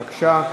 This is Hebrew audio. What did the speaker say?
בבקשה.